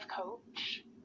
coach